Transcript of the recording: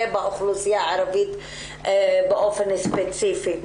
ובאוכלוסייה הערבית באופן ספציפי.